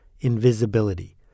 Invisibility